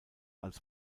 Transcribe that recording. als